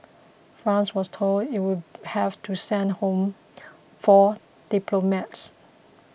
France was told it would have to send home four diplomats